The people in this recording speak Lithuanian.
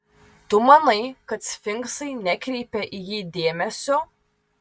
tu manai kad sfinksai nekreipia į jį dėmesio